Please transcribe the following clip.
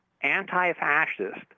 anti-fascist